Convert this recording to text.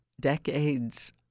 decades